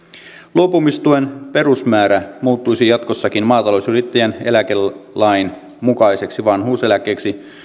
luopumistuen perusmäärä muuttuisi jatkossakin maatalousyrittäjän eläkelain mukaiseksi vanhuuseläkkeeksi